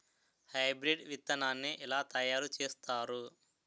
Hybrid విత్తనాన్ని ఏలా తయారు చేస్తారు?